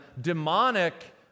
demonic